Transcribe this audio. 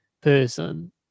person